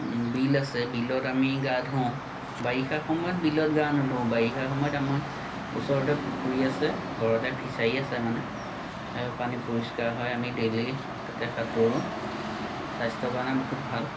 বিল আছে বিলত আমি গা ধুওঁ বাৰিষাৰ সময়ত বিলত গা নোধুওঁ বাৰিষা সময়ত আমাৰ ওচৰতে পুখুৰী আছে ঘৰতে ফিচাৰী আছে মানে পানী পৰিষ্কাৰ হয় আমি ডেইলি তাতে সাঁতোৰো স্বাস্থ্যৰ কাৰণে বহুত ভাল